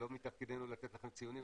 לא מתפקידנו לתת לכם ציונים,